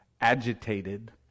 agitated